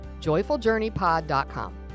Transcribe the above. joyfuljourneypod.com